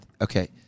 Okay